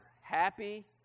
happy